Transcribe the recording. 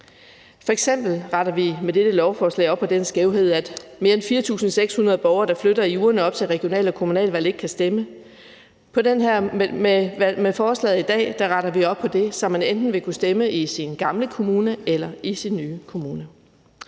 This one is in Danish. lovforslag op på den skævhed, at mere end 4.600 borgere, der flytter i ugerne op til regional- og kommunalvalg, ikke kan stemme. Med forslaget i dag retter vi op på det, så man enten vil kunne stemme i sin gamle kommune eller i sin nye kommune.